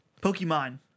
Pokemon